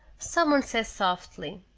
someone said softly,